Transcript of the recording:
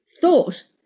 thought